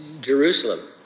Jerusalem